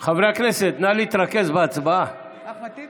אינו נוכח דסטה גדי יברקן, בעד מאיר יצחק